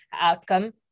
outcome